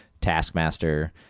Taskmaster